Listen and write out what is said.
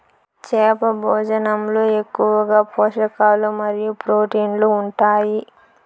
చేప భోజనంలో ఎక్కువగా పోషకాలు మరియు ప్రోటీన్లు ఉంటాయి